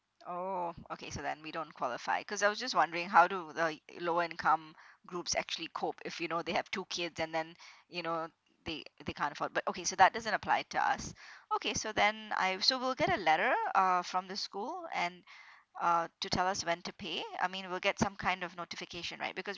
oh okay so then we don't qualify cause I was just wondering how do the lower income groups actually cope if you know they have two kids and then you know they they can't afford but okay so that doesn't apply to us okay so then I so we'll get a letter uh from the school and uh to tell us when to pay I mean we'll get some kind of notification right because